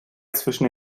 zwischen